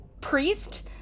priest